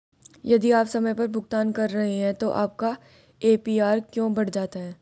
यदि आप समय पर भुगतान कर रहे हैं तो आपका ए.पी.आर क्यों बढ़ जाता है?